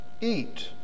eat